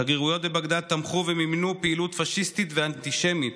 שגרירויות בבגדאד תמכו ומימנו פעילות פשיסטית ואנטישמית,